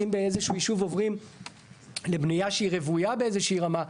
אם באיזה שהוא ישוב עוברים לבנייה שהיא רוויה באיזה שהיא רמה,